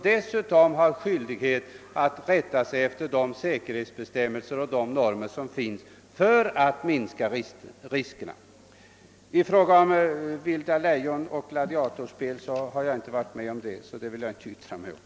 Dessutom har de skyldighet att rätta sig efter de säkerhetsbestämmelser och normer som finns för att minska riskerna Kristna som kastas för vilda lejon och gladiatorspel har jag ingen erfarenhet av, så det vill jag inte yttra mig om.